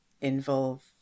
involve